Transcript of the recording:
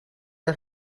erg